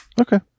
Okay